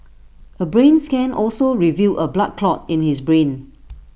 A brain scan also revealed A blood clot in his brain